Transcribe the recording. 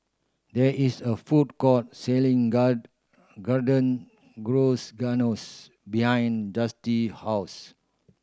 there is a food court selling God Garden behind Justyn house